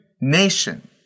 nation